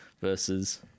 versus